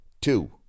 two